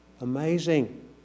Amazing